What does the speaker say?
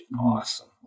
awesome